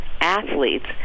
athletes